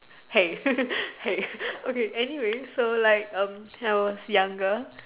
hey hey okay anyways so like when I was younger